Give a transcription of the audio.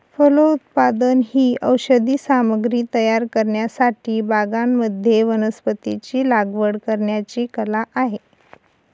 फलोत्पादन ही औषधी सामग्री तयार करण्यासाठी बागांमध्ये वनस्पतींची लागवड करण्याची कला आहे